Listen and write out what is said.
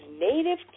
native